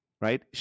right